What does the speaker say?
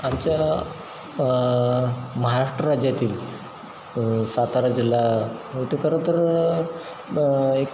आमच्या महाराष्ट्र राज्यातील सातारा जिल्हा होते खरं तर एक